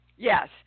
Yes